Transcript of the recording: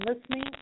listening